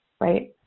right